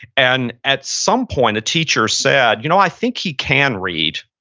and at some point, a teacher said, you know i think he can read.